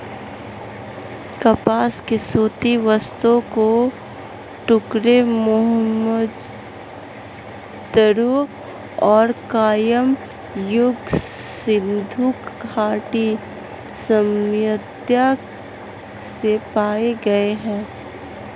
कपास के सूती वस्त्र के टुकड़े मोहनजोदड़ो और कांस्य युग सिंधु घाटी सभ्यता से पाए गए है